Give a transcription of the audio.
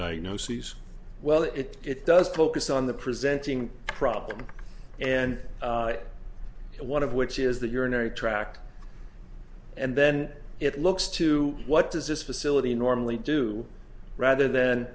diagnoses well it it does focus on the presenting problem and one of which is that your unary track and then it looks to what does this facility normally do rather th